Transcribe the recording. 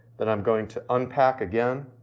and i'm going to unpack again,